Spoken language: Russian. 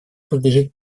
подлежит